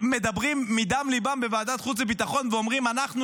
שמדברים מדם ליבם בוועדת חוץ וביטחון ואומרים: אנחנו,